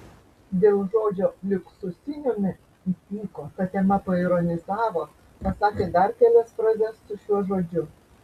dėl žodžio liuksusiniame įpyko ta tema paironizavo pasakė dar kelias frazes su šiuo žodžiu